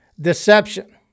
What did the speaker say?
deception